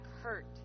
hurt